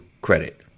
credit